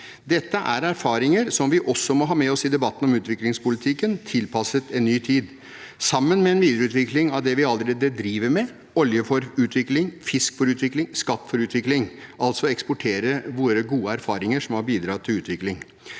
Dette er erfaringer som vi også må ha med oss i debatten om utviklingspolitikken, tilpasset en ny tid, sammen med en videreutvikling av det vi allerede driver med, Olje for utvikling, Fisk for utvikling, Skatt for utvikling, altså eksportere våre gode erfaringer som har bidratt til utvikling.